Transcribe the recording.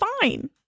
fine